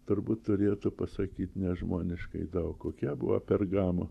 turbūt turėtų pasakyt nežmoniškai daug kokia buvo pergamo